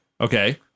Okay